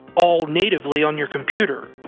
all natively on your computer.